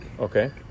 Okay